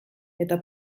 eta